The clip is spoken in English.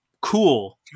Cool